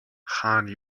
хаана